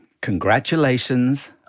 congratulations